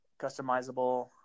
Customizable